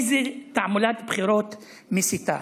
איזו תעמולת בחירות מסיתה.